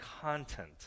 content